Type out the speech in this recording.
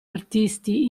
artisti